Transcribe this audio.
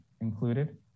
included